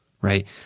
right